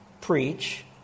preach